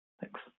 Thanks